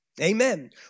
Amen